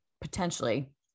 potentially